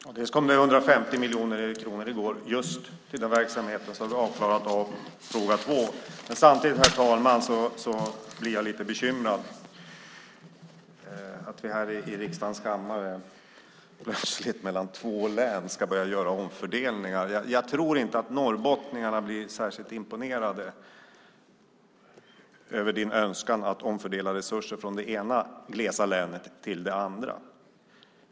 Herr talman! Det kom 150 miljoner kronor i går till just den verksamheten. Därmed har vi klarat av fråga två. Jag blir lite bekymrad över att vi i riksdagens kammare ska göra omfördelningar mellan två län. Jag tror inte att norrbottningarna blir särskilt imponerade över K G Abramssons önskan att omfördela resurser från det ena glesa länet till det andra.